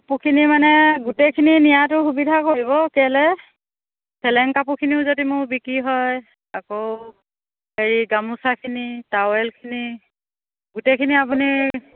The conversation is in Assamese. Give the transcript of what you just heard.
কাপোৰখিনি মানে গোটেইখিনি নিয়াটো সুবিধা কৰিব কেলে চেলেং কাপোৰখিনিও যদি মোৰ বিক্ৰী হয় আকৌ হেৰি গামোচাখিনি টাৱেলখিনি গোটেইখিনি আপুনি